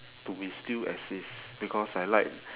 to be still exist because I like